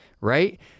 right